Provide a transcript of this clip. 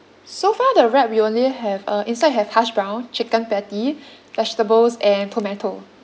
so far the wrap we only have uh inside have hash brown chicken patty vegetables and tomato